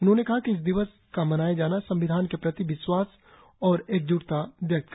उन्होंने कहा कि इस दिवस का मनाया जाना संविधान के प्रति विश्वास और एकज्टता व्यक्त करना है